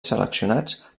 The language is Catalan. seleccionats